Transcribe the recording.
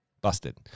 busted